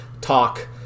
talk